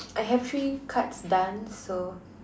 I have three cards done so